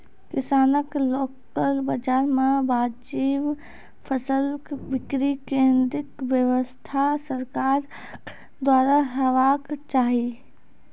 किसानक लोकल बाजार मे वाजिब फसलक बिक्री केन्द्रक व्यवस्था सरकारक द्वारा हेवाक चाही?